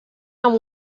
amb